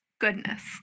goodness